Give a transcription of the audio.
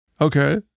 Okay